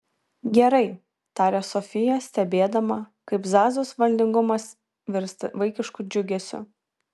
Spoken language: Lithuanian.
gerai tarė sofija stebėdama kaip zazos valdingumas virsta vaikišku džiugesiu